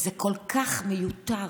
זה כל כך מיותר,